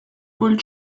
would